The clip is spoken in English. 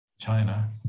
China